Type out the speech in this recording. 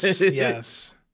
yes